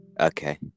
okay